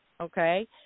okay